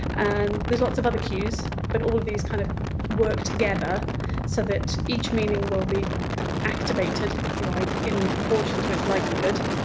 and there's lots of other cues, but all of these kind of work together so that each meaning will be activated, if you like, in proportion to its likelihood.